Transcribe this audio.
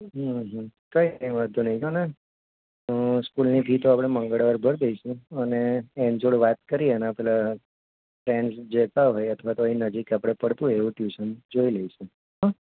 હમ હમ કંઈ વાંધો નહીં જોને સ્કૂલની ફી તો આપણે મંગળવારે ભરી દઇશું અને એની જોડે વાત કરીએ એના પેલા ફ્રેન્ડ્સ જતાં હોય અથવા તો અહીં નજીક આપણે પડતું હોય એવું ટયૂસન જોઈ લઈશું હં